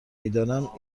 میدانم